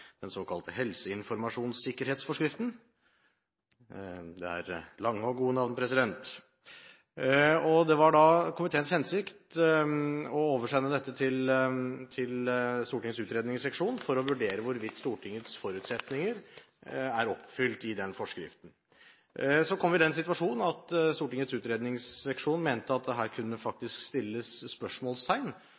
den såkalte helseinformasjonssikkerhetsforskriften – det er lange og gode navn. Det var komiteens hensikt å oversende dette til Stortingets utredningsseksjon for å vurdere hvorvidt Stortingets forutsetninger er oppfylt i forskriften. Så kom vi i den situasjon at Stortingets utredningsseksjon mente at det faktisk kunne stilles